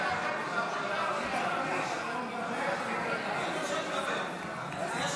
אם תבטיח שאתה לא מדבר, זה יהיה דקה.